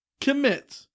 commit